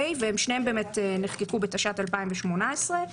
שניהם נחקקו בתשע"ט-2018.